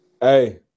Hey